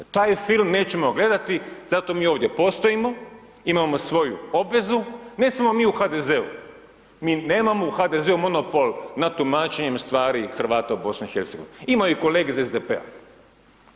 Taj film nećemo gledati, zato mi ovdje postojimo, imamo svoju obvezu, ne samo mi u HDZ-u, mi nemamo u HDZ-u monopol nad tumačenjem stvari Hrvata u BiH-u, imaju kolege iz SDP-a.